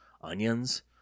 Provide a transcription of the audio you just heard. onions